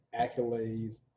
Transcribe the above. accolades